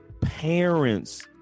parents